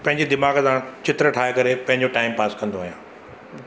पंहिंजो दिमाग सां चित्र ठाहे करे पंहिंजो टाइम पास कंदो आहियां